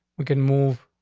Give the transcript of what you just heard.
we can move.